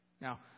Now